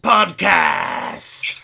Podcast